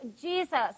Jesus